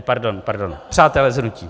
Pardon, pardon, přátelé z hnutí.